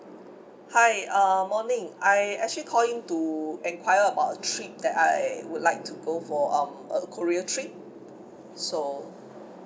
hi uh morning I actually call in to enquire about a trip that I would like to go for um a korea trip so